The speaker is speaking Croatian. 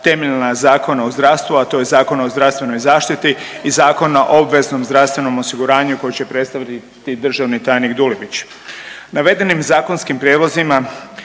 temeljna zakona u zdravstvu, a to je Zakon o zdravstvenoj zaštiti i Zakon o obveznom zdravstvenom osiguranju koji će predstaviti državni tajnik Dulibić.